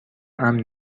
امن